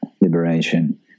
liberation